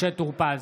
(קורא בשמות חברי הכנסת) משה טור פז,